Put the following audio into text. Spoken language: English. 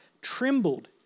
trembled